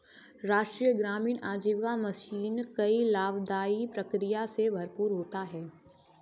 राष्ट्रीय ग्रामीण आजीविका मिशन कई लाभदाई प्रक्रिया से भरपूर होता है